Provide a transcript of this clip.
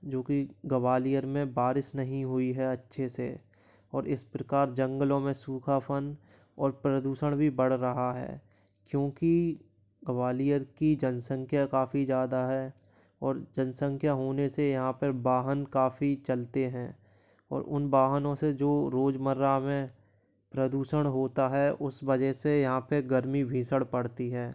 जो की ग्वालियर मे बारिश नही हुई है अच्छे से और इस प्रकार जंगलों मे सूखापन और प्रदूषण भी बड़ रहा है क्योंकि ग्वालियर की जनसँख्या काफी ज़्यादा है और जनसँख्या होने से यहाँ पर वाहन काफी चलते हैं और उन वाहनों से जो रोज़मर्रा मे प्रदूषण होता है उस वजह से यहाँ पे गर्मी भीषण पड़ती है